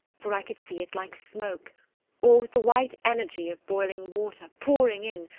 for i could see it like smoke or with the white energy of boiling water pouring in,